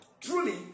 truly